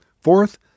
Fourth